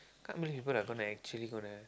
can't believe people are gonna actually gonna